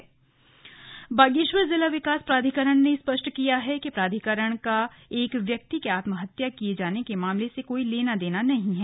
slug विकास प्राधिकरण बागेश्वर जिला विकास प्राधिकरण ने स्पष्ट किया है कि प्राधिकरण का एक व्यक्ति के आत्महत्या किये जाने के मामले से कोई लेना देना नहीं है